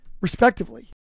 respectively